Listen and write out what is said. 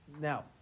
Now